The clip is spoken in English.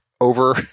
over